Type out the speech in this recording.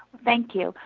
thank you.